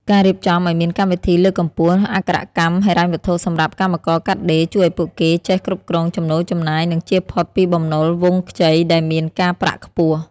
ការរៀបចំឱ្យមានកម្មវិធីលើកកម្ពស់អក្ខរកម្មហិរញ្ញវត្ថុសម្រាប់កម្មករកាត់ដេរ ជួយឱ្យពួកគេចេះគ្រប់គ្រងចំណូលចំណាយ និងជៀសផុតពីបំណុលវង់ខ្ចីដែលមានការប្រាក់ខ្ពស់។